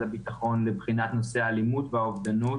הביטחון לבחינת נושא האלימות והאובדנות